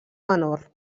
menor